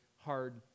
hard